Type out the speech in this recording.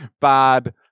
bad